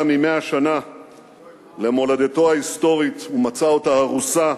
מ-100 שנה למולדתו ההיסטורית ומצא אותה הרוסה,